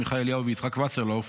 עמיחי אליהו ויצחק וסרלאוף